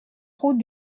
route